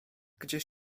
gdzieś